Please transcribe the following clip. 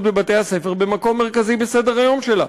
בבתי-הספר במקום מרכזי בסדר-היום שלה,